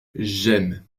j’aime